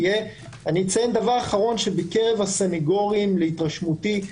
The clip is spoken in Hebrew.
אציין דבר אחרון, שבקרב הסנגורים להתרשמותי,